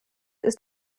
ist